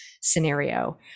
scenario